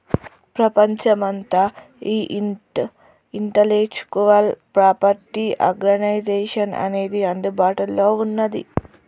ప్రపంచమంతా ఈ intellectual property organisation అనేది అందుబాటులో ఉన్నది